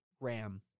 Ram